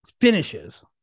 finishes